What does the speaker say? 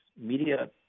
media